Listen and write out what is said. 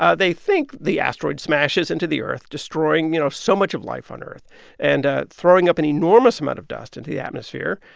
ah they think the asteroid smashes into the earth, destroying, you know, so much of life on earth and ah throwing up an enormous amount of dust into the atmosphere.